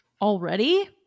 already